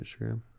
Instagram